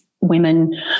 women